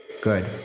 Good